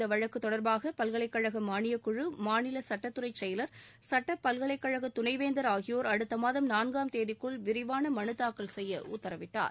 இந்த வழக்கு தொடர்பாக பல்லைக்கழக மானியக்குழு மாநில சுட்டத்துறை செயலர் சட்ட பல்கலைக்கழக துணைவேந்தர் ஆகியோர் அடுத்த மாதம் நான்காம் தேதிக்குள் விரிவாள மலுதாக்கல் செய்ய உத்தரவிட்டார்